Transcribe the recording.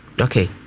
okay